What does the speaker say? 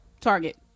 Target